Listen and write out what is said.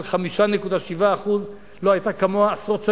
של 5.7%; לא היתה כמוה עשרות שנים.